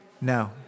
no